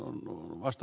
herra puhemies